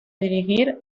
dirigir